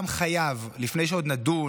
לפני שעוד נדון